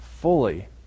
fully